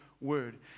word